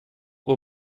aux